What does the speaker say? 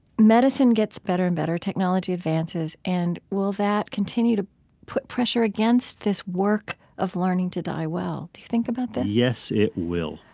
medicine gets better and better, technology advances and will that continue to put pressure against this work of learning to die well? do you think about this? yes, it will.